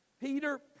Peter